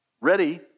ready